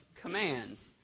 commands